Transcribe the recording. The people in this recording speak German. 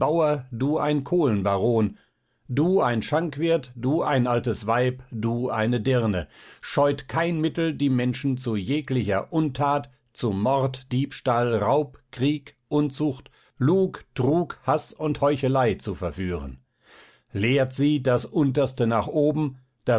du ein kohlenbaron du ein schankwirt du ein altes weib du eine dirne scheut kein mittel die menschen zu jeglicher untat zu mord diebstahl raub krieg unzucht lug trug haß und heuchelei zu verführen lehrt sie das unterste nach oben